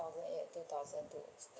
oh not yet two thousand two